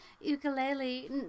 ukulele